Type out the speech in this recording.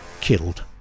killed